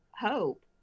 hope